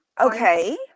Okay